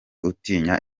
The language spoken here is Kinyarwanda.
utinya